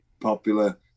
popular